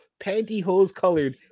pantyhose-colored